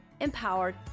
Empowered